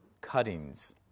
cuttings